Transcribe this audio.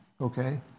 Okay